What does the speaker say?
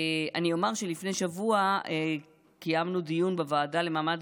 אני אומר שלפני שבוע קיימנו דיון בוועדה למעמד